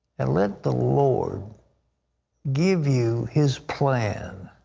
and let the lord give you his plan,